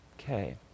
Okay